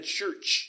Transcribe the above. church